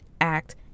act